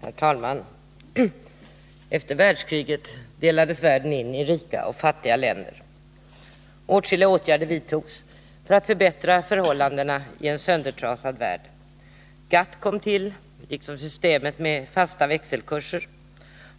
Herr talman! Efter världskriget delades världen in i rika och fattiga länder. Åtskilliga åtgärder vidtogs för att förbättra förhållandena i en söndertrasad värld. GATT kom till, liksom systemet med fasta växelkurser.